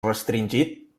restringit